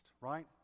right